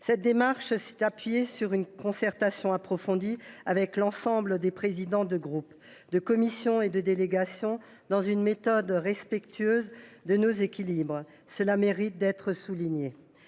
Cette démarche s’est appuyée sur une concertation approfondie avec l’ensemble des présidents de groupe, de commission et de délégation, selon une méthode respectueuse de nos équilibres. Cela mérite d’être souligné.